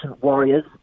warriors